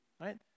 right